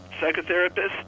psychotherapist